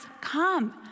come